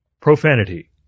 Profanity